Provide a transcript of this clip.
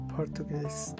Portuguese